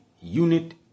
unit